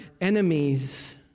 enemies